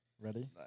Ready